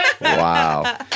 Wow